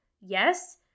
Yes